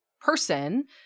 person